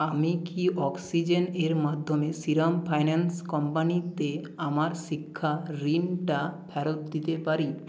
আমি কি অক্সিজেন এর মাধ্যমে শ্রীরাম ফাইন্যান্স কোম্পানিতে আমার শিক্ষা ঋণটা ফেরত দিতে পারি